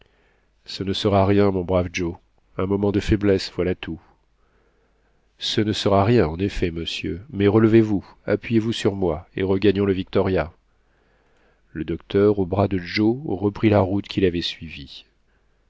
ce ne sera rien mon brave joe un moment de faiblesse voilà tout ce ne sera rien en effet monsieur mais relevez-vous appuyez-vous sur moi et regagnons le victoria le docteur au bras de joe reprit la route qu'il avait suivie